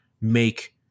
make